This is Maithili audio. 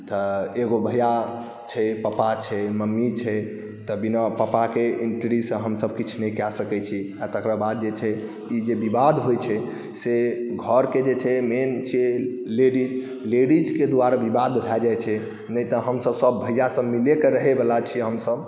तऽ एगो भैया छै पापा छै मम्मी छै तऽ बिना पापाके इन्ट्रीसँ हमसभ किछु नहि कए सकैत छी आ तकर बाद जे छै ई जे विवाद होइत छै से घरके जे छै मेन छै लेडीज लेडीजकेँ द्वारा विवाद भए जाइत छै नहि तऽ हमसभ सभ भैआसभ मिलेके रहयवला छी हमसभ